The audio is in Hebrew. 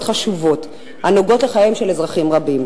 חשובות הנוגעות לחייהם של אזרחים רבים.